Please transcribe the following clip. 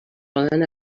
poden